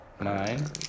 Nine